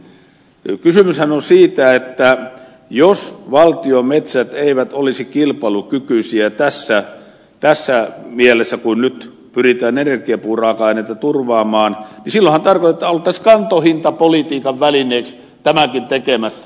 kysymyshän on siitä että jos valtion metsät eivät olisi kilpailukykyisiä tässä mielessä kuin nyt pyritään energiapuun raaka ainetta turvaamaan niin silloinhan oltaisiin kantohintapolitiikan välineeksi tämäkin tekemässä